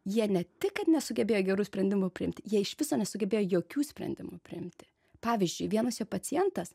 jie ne tik kad nesugebėjo gerų sprendimų priimti jie iš viso nesugebėjo jokių sprendimų priimti pavyzdžiui vienas jo pacientas